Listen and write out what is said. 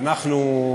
אנחנו,